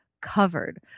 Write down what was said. covered